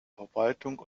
verwaltung